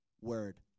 word